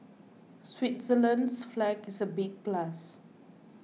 Switzerland's flag is a big plus